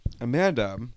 Amanda